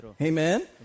Amen